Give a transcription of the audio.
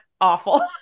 awful